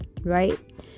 Right